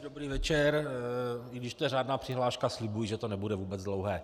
Dobrý večer, i když to je řádná přihláška, slibuji, že to nebude vůbec dlouhé.